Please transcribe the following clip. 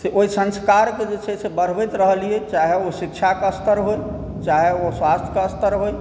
से ओहि संस्कारके जे छै से बढ़बैत रहलियै चाहे ओ शिक्षाकेँ स्तर होए चाहे ओ स्वास्थ्यके स्तर होए